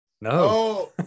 No